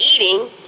eating